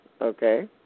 Okay